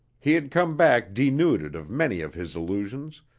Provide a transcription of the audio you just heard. he had come back denuded of many of his illusions,